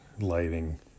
lighting